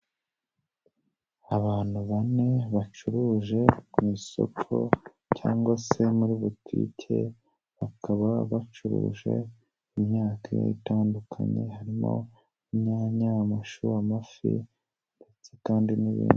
Abantu bane bacuruje mu isoko cyangwa se muri butike bakaba bacuruje imyaka itandukanye harimo: inyanya, amashu, amafi ndetse kandi n'ibindi.